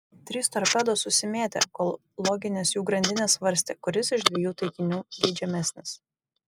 trys torpedos susimėtė kol loginės jų grandinės svarstė kuris iš dviejų taikinių geidžiamesnis